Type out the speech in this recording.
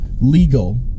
legal